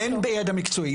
אין בידע מקצועי.